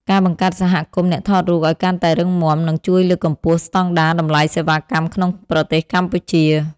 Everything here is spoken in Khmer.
ការបង្កើតសហគមន៍អ្នកថតរូបឱ្យកាន់តែរឹងមាំ នឹងជួយលើកកម្ពស់ស្តង់ដារតម្លៃសេវាកម្មក្នុងប្រទេសកម្ពុជា។